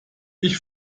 ich